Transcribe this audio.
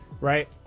right